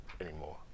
anymore